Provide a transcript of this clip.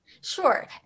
Sure